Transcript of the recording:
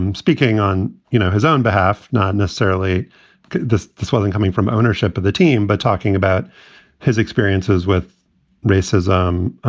um speaking on you know his own behalf, not necessarily the swelling coming from ownership of the team, but talking about his experiences with racism,